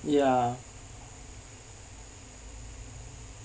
ya